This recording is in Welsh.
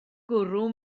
gwrw